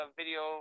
video